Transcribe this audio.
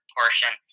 portion